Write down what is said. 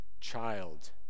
child